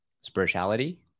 spirituality